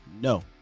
No